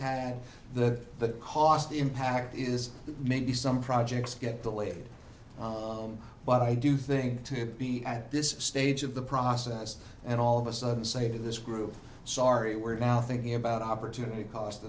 had the cost impact is maybe some projects get delayed but i do think to be at this stage of the process and all of a sudden say to this group sorry we're now thinking about opportunity cost